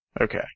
Okay